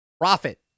profit